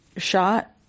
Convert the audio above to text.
Shot